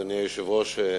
אדוני היושב-ראש,